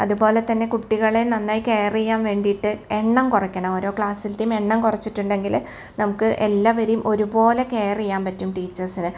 അതുപോലെ തന്നെ കുട്ടികളെ നന്നായി കെയർ ചെയ്യാൻ വേണ്ടീട്ട് എണ്ണം കുറക്കണം ഓരോ ക്ലാസ്സിലത്തെയും എണ്ണം കുറച്ചിട്ടുണ്ടെങ്കിൽ നമുക്ക് എല്ലാവരെയും ഒരുപോലെ കെയർ ചെയ്യാൻ പറ്റും ടീച്ചേഴ്സിന്